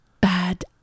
bad